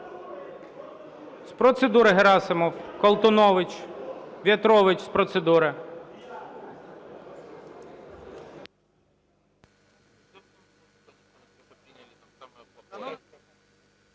З процедури Герасимов. Колтунович. В'ятрович з процедури.